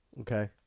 okay